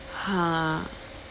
ha